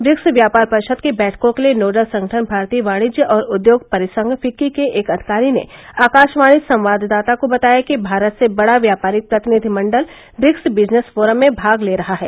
BRICS व्यापार परिषद की बैठकों के लिए नोडल संगठन भारतीय वाणिज्य और उद्योग परिसंघ फिक्की के एक अधिकारी ने आकाशवाणी संवाददाता को बताया कि भारत से बड़ा व्यापारिक प्रतिनिधिमंडल ब्रिक्स बिजनेस फोरम में भाग ले रहा है